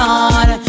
on